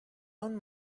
own